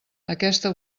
aquesta